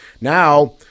Now